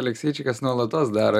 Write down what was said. alekseičikas nuolatos daro